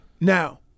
Now